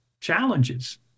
challenges